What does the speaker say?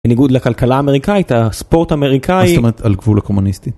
בניגוד לכלכלה האמריקאית הספורט האמריקאי - מה זאת אומרת על גבול הקומוניסטי?